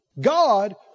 God